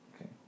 Okay